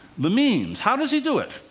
the means how does he do it?